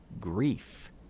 grief